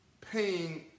paying